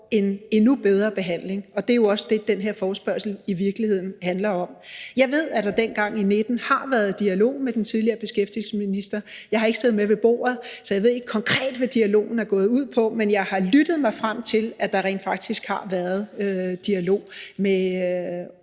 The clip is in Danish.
en endnu bedre behandling. Det er jo også det, den her forespørgsel i virkeligheden handler om. Jeg ved, at der dengang i 2019 var dialog med den tidligere beskæftigelsesminister. Jeg sad ikke med ved bordet, så jeg ved ikke konkret, hvad dialogen gik ud på, men jeg har lyttet mig frem til, at der rent faktisk har været dialog med